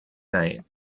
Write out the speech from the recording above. night